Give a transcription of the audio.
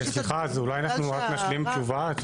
סליחה, אז אולי אנחנו רק נשלים תשובה?